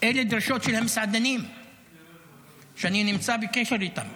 אלה דרישות של המסעדנים שאני נמצא בקשר איתם.